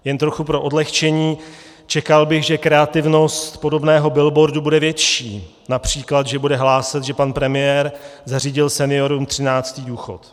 Jen trochu pro odlehčení: Čekal bych, že kreativnost podobného billboardu bude větší, například že bude hlásat, že pan premiér zařídil seniorům 13. důchod.